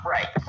Right